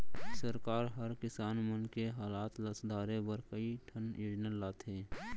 सरकार हर किसान मन के हालत ल सुधारे बर कई ठन योजना लाथे